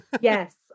Yes